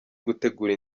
gutegura